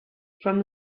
from